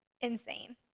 Insane